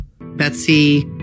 Betsy